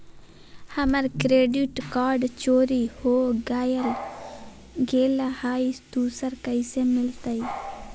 हमर credit card चोरी हो गेलय हई, दुसर कैसे मिलतई?